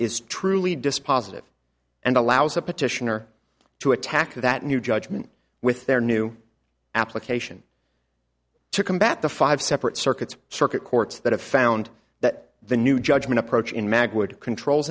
is truly dispositive and allows a petitioner to attack that new judgment with their new application to combat the five separate circuits circuit courts that have found that the new judgment approach in mag would controls